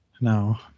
No